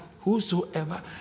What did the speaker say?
whosoever